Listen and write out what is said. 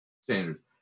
standards